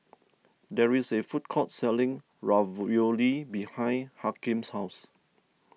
there is a food court selling Ravioli behind Hakeem's house